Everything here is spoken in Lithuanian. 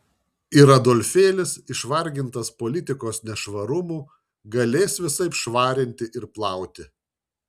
ir adolfėlis išvargintas politikos nešvarumų galės visaip švarinti ir plauti